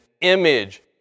image